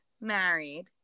married